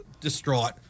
distraught